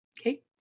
Okay